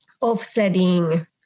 offsetting